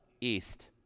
east